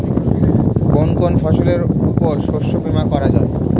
কোন কোন ফসলের উপর শস্য বীমা করা যায়?